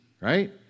right